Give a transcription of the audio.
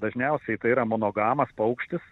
dažniausiai tai yra monogamas paukštis